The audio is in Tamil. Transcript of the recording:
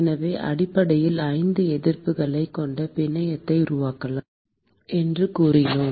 எனவே அடிப்படையில் 5 எதிர்ப்புகளைக் கொண்ட பிணையத்தை உருவாக்கலாம் என்று கூறினோம்